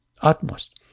utmost